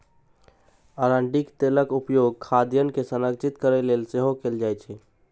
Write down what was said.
अरंडीक तेलक उपयोग खाद्यान्न के संरक्षित करै लेल सेहो कैल जाइ छै